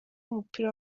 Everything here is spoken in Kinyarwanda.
w’umupira